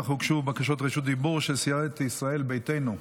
אך הוגשו בקשות רשות דיבור של סיעת ישראל ביתנו.